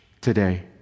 today